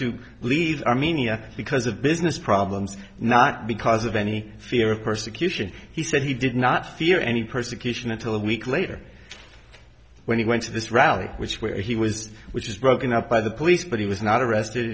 to leave armenia because of business problems not because of any fear of persecution he said he did not fear any persecution until a week later when he went to this rally which where he was which is broken up by the police but he was not arrested